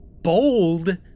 bold